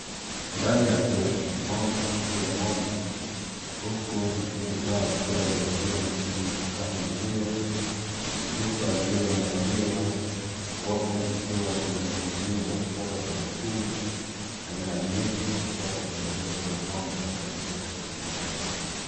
Ndani ya josho la ngombe pakiwa ngombe huku matiti zao zikiwa zimetiwa mashine ya kukama maziwa na chupa zilizo na maziwa robo zikiwa zimeninginizwa kutoka kwenye chuma aina ya ngeti kutoka kwenya josho la ngombe palipo na paipu.